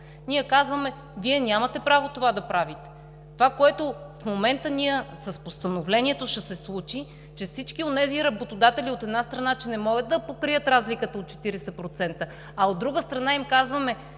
ние казваме: „Вие нямате право да правите това.“ Това, което в момента с Постановлението ще се случи, че всички онези работодатели, от една страна, не могат да покрият разликата от 40%, а, от друга страна, им казваме: